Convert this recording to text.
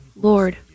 Lord